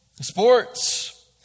Sports